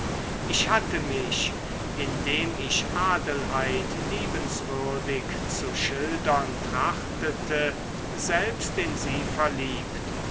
ich hatte mich indem ich adelheid liebenswürdig zu schildern trachtete selbst in sie verliebt